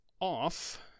off